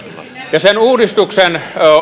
sen uudistuksen